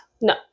No